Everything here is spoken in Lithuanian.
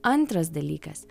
antras dalykas